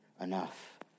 enough